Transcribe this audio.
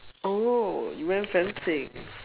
oh you went fencing